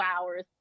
hours